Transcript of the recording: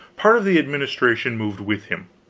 part of the administration moved with him.